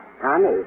Honey